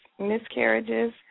miscarriages